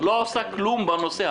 כלום בנושא.